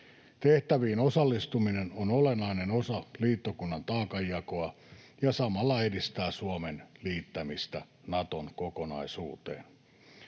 Tehtäviin osallistuminen on olennainen osa liittokunnan taakanjakoa ja samalla edistää Suomen liittämistä Naton kokonaisuuteen.